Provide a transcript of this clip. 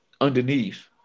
underneath